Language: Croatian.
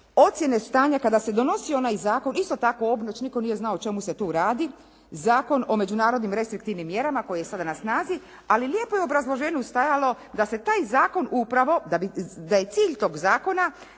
ocjene stanja, kada se donosio onaj zakon, isto tako …/Govornica se ne razumije./…, nitko nije znao o čemu se tu radi, Zakon o međunarodnim restriktivnim mjerama, koji je sada na snazi, ali lijepo je u obrazloženju stajalo da se taj zakon upravo, da je cilj tog zakona